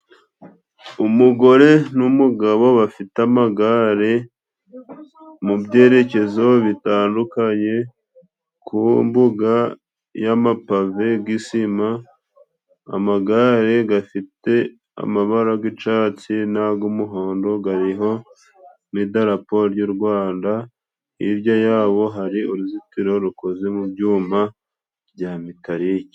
Umugore n'umugabo bafite amagare mu byerekezo bitandukanye. Ku mbuga y'amapave g'isima, amagare gafite amabara g'icyatsi n'ag'umuhondo gariho amadarapo g'u Rwanda. Hirya yabo hari uruzitiro rukoze mu byuma bya metarike.